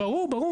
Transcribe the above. ברור.